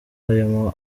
ayo